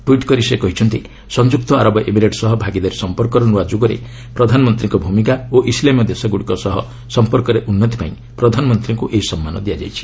tweet କରି ସେ କହିଛନ୍ତି ସଂଯୁକ୍ତ ଆରବ ଏମିରେଟ୍ସ୍ ସହ ଭାଗିଦାରୀ ସମ୍ପର୍କର ନୂଆ ଯୁଗରେ ପ୍ରଧାନମନ୍ତ୍ରୀଙ୍କ ଭୂମିକା ଓ ଇସଲାମିୟ ଦେଶଗୁଡ଼ିକ ସହ ସମ୍ପର୍କରେ ଉନ୍ନତି ପାଇଁ ପ୍ରଧାନମନ୍ତ୍ରୀଙ୍କୁ ଏହି ସମ୍ମାନ ମିଳିଛି